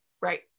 Right